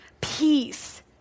peace